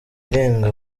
irenga